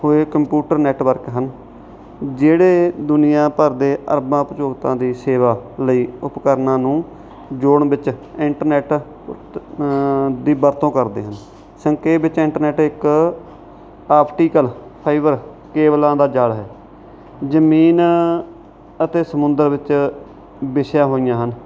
ਹੋਏ computer network ਹਨ ਜਿਹੜੇ ਦੁਨੀਆਂ ਭਰ ਦੇ ਅਰਬਾਂ ਉਪਭੋਗਤਾ ਦੀ ਸੇਵਾ ਲਈ ਉਪਕਰਨਾਂ ਨੂੰ ਜੋੜਨ ਵਿੱਚ ਇੰਟਰਨੈੱਟ ਦੀ ਵਰਤੋਂ ਕਰਦੇ ਹਨ ਸੰਖੇਪ ਵਿੱਚ ਇੰਟਰਨੈੱਟ ਇੱਕ ਆਪਟੀਕਲ ਫਾਈਬਰ ਕੇਬਲਾਂ ਦਾ ਜਾਲ ਹੈ ਜ਼ਮੀਨ ਅਤੇ ਸਮੁੰਦਰ ਵਿੱਚ ਵਿਛੀਆਂ ਹੋਈਆਂ ਹਨ